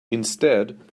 instead